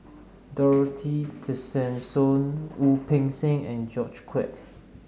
Dorothy Tessensohn Wu Peng Seng and George Quek